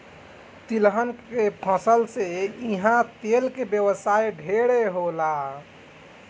तिलहन के फसल से इहा तेल के व्यवसाय ढेरे होला